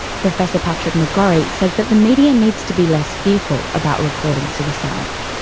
professor patrick mcgorry says that the media needs to be less fearful about reporting suicides.